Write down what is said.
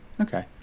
Okay